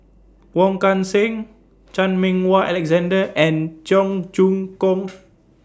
Wong Kan Seng Chan Meng Wah Alexander and Cheong Choong Kong